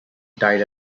died